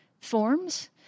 forms